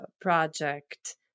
project